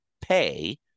pay